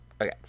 Okay